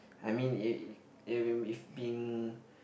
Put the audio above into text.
I mean if if even if being